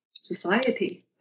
society